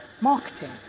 marketing